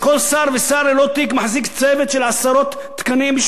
שכל ישר, ושר ללא תיק מחזיק צוות של עשרות תקנים.